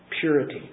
Purity